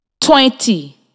Twenty